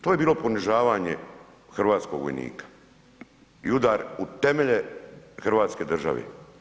To je bilo ponižavanje hrvatskog vojnika i udar u temelje Hrvatske države.